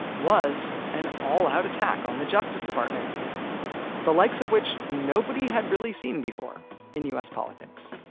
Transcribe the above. was an all-out attack on the justice department the likes of which nobody had really seen before in u s. politics